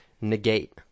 negate